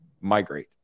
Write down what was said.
migrate